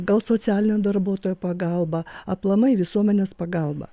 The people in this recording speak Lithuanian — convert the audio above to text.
gal socialinio darbuotojo pagalba aplamai visuomenės pagalba